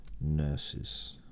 nurses